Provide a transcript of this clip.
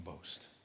boast